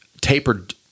Tapered